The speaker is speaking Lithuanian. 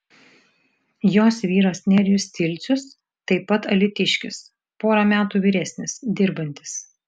jos vyras nerijus cilcius taip pat alytiškis pora metų vyresnis dirbantis